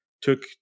took